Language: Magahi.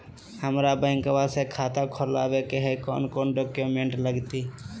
हमरा बैंकवा मे खाता खोलाबे के हई कौन कौन डॉक्यूमेंटवा लगती?